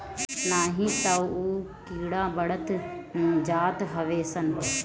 नाही तअ उ कीड़ा बढ़त जात हवे सन